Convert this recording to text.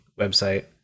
website